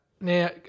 now